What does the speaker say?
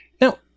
Now